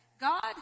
God